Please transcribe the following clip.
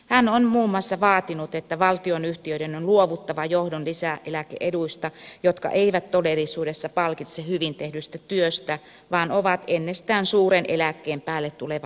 hän on muun muassa vaatinut että valtionyhtiöiden on luovuttava johdon lisäeläke eduista jotka eivät todellisuudessa palkitse hyvin tehdystä työstä vaan ovat ennestään suuren eläkkeen päälle tuleva lisäansio